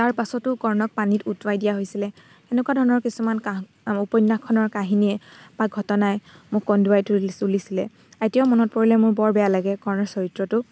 তাৰ পাছতো কৰ্ণক পানীত উটুৱাই দিয়া হৈছিলে এনেকুৱা ধৰণৰ কিছুমান উপন্যাসখনৰ কাহিনীয়ে বা ঘটনাই মোক কন্দুৱাই তু তুলিছিলে এতিয়াও মনত পৰিলে মোৰ বৰ বেয়া লাগে কৰ্ণৰ চৰিত্ৰটো